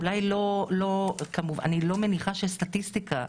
אני לא מניחה שסטטיסטיקה,